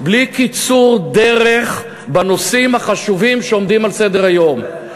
בלי קיצור דרך בנושאים החשובים שעומדים על סדר-היום.